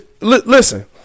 listen